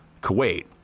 Kuwait